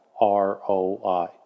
ROI